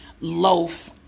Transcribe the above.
loaf